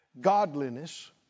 Godliness